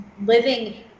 living